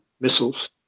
missiles